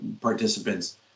participants